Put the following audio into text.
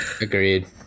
Agreed